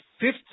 fifth